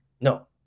No